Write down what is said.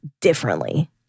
differently